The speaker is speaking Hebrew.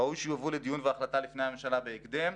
ראוי שיובאו לדיון והחלטה לפני הממשלה בהקדם,